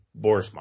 Borsma